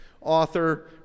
Author